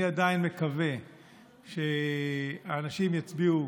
אני עדיין מקווה שהאנשים יצביעו